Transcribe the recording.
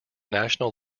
national